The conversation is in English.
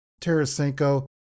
Tarasenko